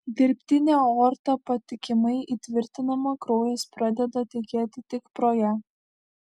dirbtinė aorta patikimai įtvirtinama kraujas pradeda tekėti tik pro ją